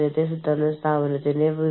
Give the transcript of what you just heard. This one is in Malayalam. ഇപ്പോൾ അത് ഒരു പ്രശ്നമായി മാറിയേക്കാം